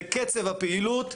בקצב הפעילות,